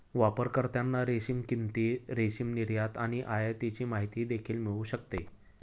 वापरकर्त्यांना रेशीम किंमती, रेशीम निर्यात आणि आयातीची माहिती देखील मिळू शकते